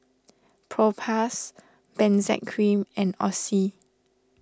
Propass Benzac Cream and Oxy